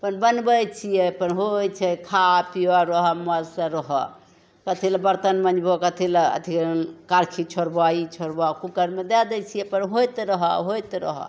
अपन बनबै छियै अपन होइ छै खा पिय रहऽ मौज सँ रहऽ कथी लए बर्तन मजबऽ कथी लए अथी कारखी छोरबऽ ई छोरबऽ कुकरमे दए दै छियै अपन होइत रहऽ होइत रहऽ